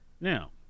now